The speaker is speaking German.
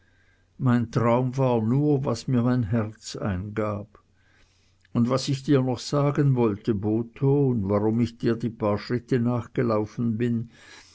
mein traum war nur was mir mein herz eingab und was ich dir noch sagen wollte botho und warum ich dir die paar schritte nachgelaufen bin